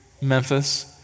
Memphis